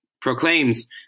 proclaims